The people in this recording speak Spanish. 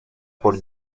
por